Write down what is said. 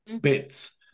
bits